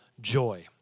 joy